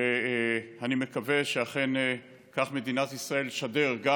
ואני מקווה שאכן כך מדינת ישראל תשדר גם